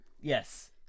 Yes